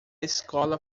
escola